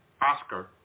Oscar